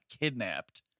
kidnapped